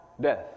death